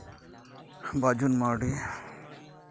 Bajun Mardi